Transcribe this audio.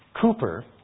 Cooper